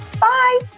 Bye